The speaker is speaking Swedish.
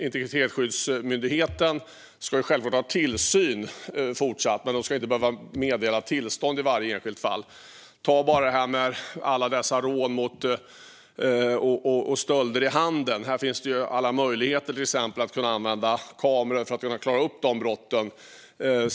Integritetsskyddsmyndigheten ska självklart utöva fortsatt tillsyn, men ska inte behöva meddela tillstånd i varje enskilt fall. Ta bara det här med alla dessa rån och stölder i handeln! Det finns alla möjligheter att använda kameror för att klara upp de brotten.